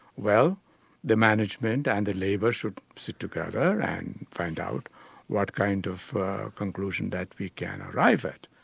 well the management and the labourers sit together and find out what kind of conclusion that we can arrive at.